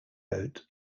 boat